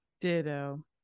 Ditto